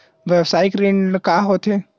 व्यवसायिक ऋण का होथे?